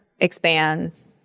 expands